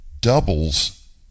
doubles